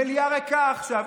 המליאה ריקה עכשיו.